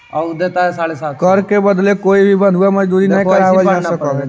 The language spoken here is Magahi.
कर के बदले में कोई भी आदमी से बंधुआ मजदूरी न करावल जा सकऽ हई